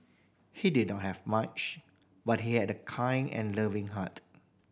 he did not have much but he had a kind and loving heart